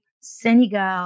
Senegal